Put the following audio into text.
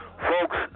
Folks